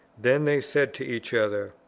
then they said to each other,